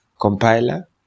Compiler